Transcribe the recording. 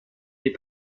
est